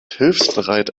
hilfsbereit